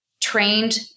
trained